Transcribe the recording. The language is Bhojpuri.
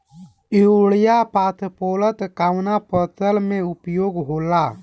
युरिया फास्फोरस कवना फ़सल में उपयोग होला?